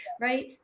right